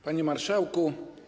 Panie Marszałku!